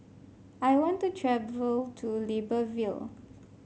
I want to travel to Libreville